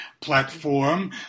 platform